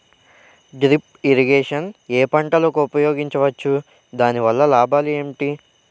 Drip irrigation ఏ పంటలకు ఉపయోగించవచ్చు? దాని వల్ల లాభాలు ఏంటి?